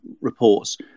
reports